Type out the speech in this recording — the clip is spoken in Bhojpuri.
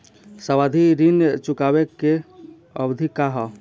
सावधि ऋण चुकावे के अवधि का ह?